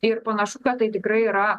ir panašu kad tai tikrai yra